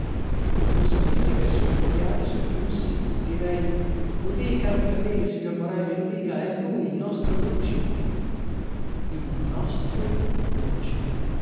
se non sapessi che è sotto chiave soggiunsi direi lo dica abbia fede signor morelli lo dica è lui il nostro buci il nostro buci